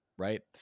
right